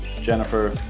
Jennifer